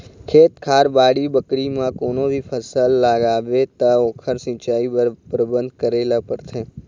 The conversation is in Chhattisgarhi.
खेत खार, बाड़ी बखरी म कोनो भी फसल लगाबे त ओखर सिंचई बर परबंध करे ल परथे